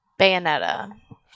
Bayonetta